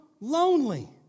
lonely